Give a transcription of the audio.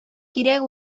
кирәк